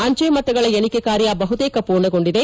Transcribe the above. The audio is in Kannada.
ಅಂಚೆ ಮತಗಳ ಎಣಿಕೆ ಕಾರ್ಯ ಬಹುತೇಕ ಪೂರ್ಣಗೊಂಡಿದೆ